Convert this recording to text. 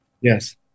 Yes